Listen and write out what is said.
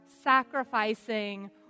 sacrificing